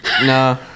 No